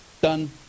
done